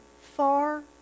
far